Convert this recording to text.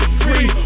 free